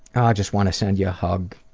ah just want to send you a hug